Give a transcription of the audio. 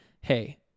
hey